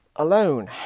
alone